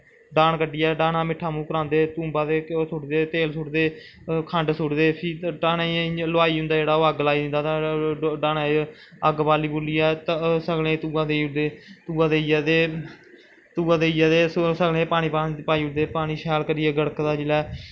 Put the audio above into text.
डहान कड्डियै डहाना दा मिट्ठा मुंह् करांदे कुंबां ते ओह् सुटदे तेल सुटदे खंड सुटदे फ्ही डहानै च हलवाई होंदा जेह्ड़ा अग्ग लाई दिंदा डहानै च अग्ग बाली बुलियै सगलें गी तुगा देई ओड़दे तुगा देईयै ते तुगा देईयै ते सगलें च पानी पाई ओड़दे पानी शैल करियै गड़कदा जिसलै ते